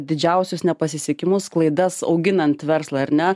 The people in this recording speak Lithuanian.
didžiausius nepasisekimus klaidas auginant verslą ar ne